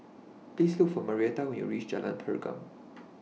Please Look For Marietta when YOU REACH Jalan Pergam